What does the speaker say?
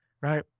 right